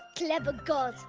clever girls!